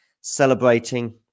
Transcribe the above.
celebrating